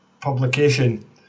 publication